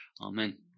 Amen